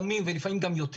ימים ולפעמים גם יותר